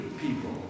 people